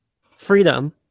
freedom